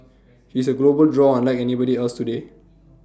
he's A global draw unlike anybody else today